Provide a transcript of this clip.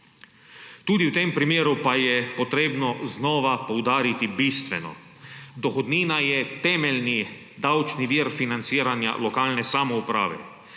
Tudi v tem primeru pa je treba znova poudariti bistveno. Dohodnina je temeljni davčni vir financiranja lokalne samouprave.